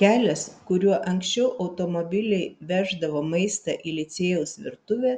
kelias kuriuo anksčiau automobiliai veždavo maistą į licėjaus virtuvę